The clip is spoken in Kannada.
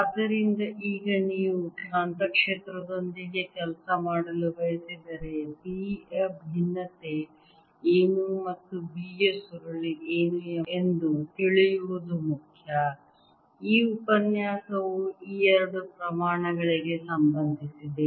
ಆದ್ದರಿಂದ ಈಗ ನೀವು ಕಾಂತಕ್ಷೇತ್ರದೊಂದಿಗೆ ಕೆಲಸ ಮಾಡಲು ಬಯಸಿದರೆ B ಯ ಭಿನ್ನತೆ ಏನು ಮತ್ತು B ಯ ಸುರುಳಿ ಏನು ಎಂದು ತಿಳಿಯುವುದು ಮುಖ್ಯ ಈ ಉಪನ್ಯಾಸವು ಈ ಎರಡು ಪ್ರಮಾಣಗಳಿಗೆ ಸಂಬಂಧಿಸಿದೆ